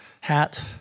hat